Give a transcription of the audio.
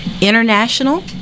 international